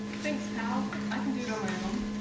thanks pal, i can do it on my own.